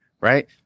right